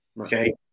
okay